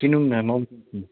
किनौँ न म पनि किन्छु